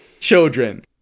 children